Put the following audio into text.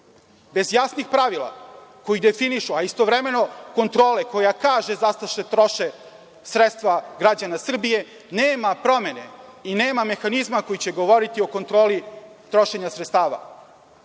Bez jasnih pravila koji definišu, a istovremeno kontrole koja kaže za šta se troše sredstva građana Srbije, nema promene i nema mehanizma koji će govoriti o kontroli trošenja sredstava. Moj